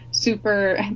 super